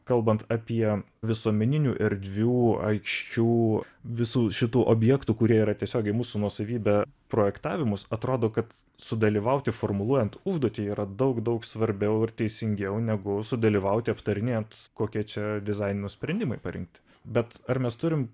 kalbant apie visuomeninių erdvių aikščių visų šitų objektų kurie yra tiesiogiai mūsų nuosavybė projektavimus atrodo kad sudalyvauti formuluojant užduotį yra daug daug svarbiau ir teisingiau negu sudalyvauti aptarinėjant kokie čia dizaino sprendimai parinkti bet ar mes turim